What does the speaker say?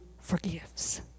forgives